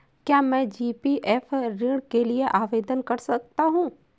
क्या मैं जी.पी.एफ ऋण के लिए आवेदन कर सकता हूँ?